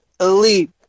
elite